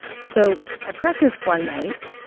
so at practice one night,